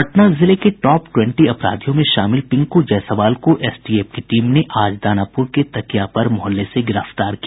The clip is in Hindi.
पटना जिले के टॉप ट्वेंटी अपराधियों में शामिल पिंकू जायसवाल को एसटीएफ की टीम ने आज दानापुर के तकिया पर मोहल्ले से गिरफ्तार किया